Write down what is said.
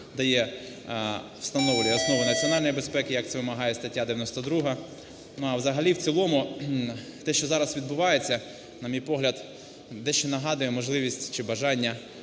дає, встановлює основи національної безпеки, як це вимагає стаття 92. А взагалі в цілому те, що зараз відбувається, на мій погляд, дещо нагадує можливість чи бажання